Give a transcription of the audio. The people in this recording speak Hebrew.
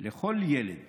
לכל ילד